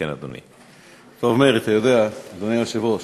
מאיר, אדוני היושב-ראש,